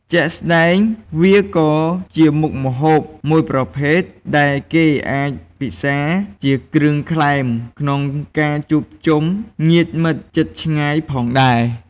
ជាក់ស្ដែង វាក៏ជាមុខម្ហូបមួយប្រភេទដែលគេអាចពិសាជាគ្រឿងក្លែមក្នុងការជួបជុំញាតិមិត្តជិតឆ្ងាយផងដែរ។